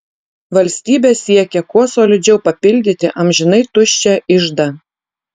valstybė siekia kuo solidžiau papildyti amžinai tuščią iždą